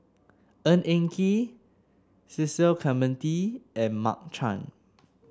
Ng Eng Kee Cecil Clementi and Mark Chan